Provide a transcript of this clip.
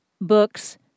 books